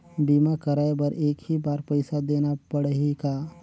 बीमा कराय बर एक ही बार पईसा देना पड़ही का?